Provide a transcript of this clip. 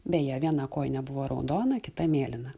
beje viena kojinė buvo raudona kita mėlyna